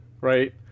Right